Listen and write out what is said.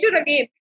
again